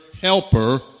helper